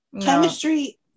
chemistry